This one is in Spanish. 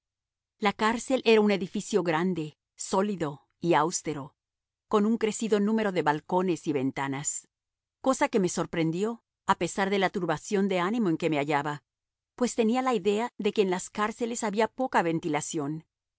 la cárcel era un edificio grande sólido y austero con un crecido número de balcones y ventanas cosa que me sorprendió a pesar de la turbación de ánimo en que me hallaba pues tenía la idea de que en las cárceles había poca ventilación